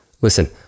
listen